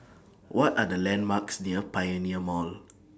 What Are The landmarks near Pioneer Mall